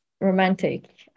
romantic